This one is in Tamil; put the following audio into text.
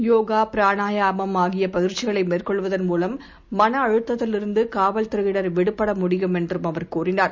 யோகா பிரணாயமம்ஆகியபயிற்சிகளைமேற்கொள்வதன்மூலம்மனஅழுத்தத்தில்இருந்துகா வல்துறையினர்விடுபடமுடியும்என்றும்அவர்தெரிவித்தார்